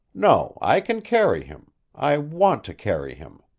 no i can carry him i want to carry him.